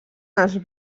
els